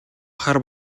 хар